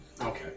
Okay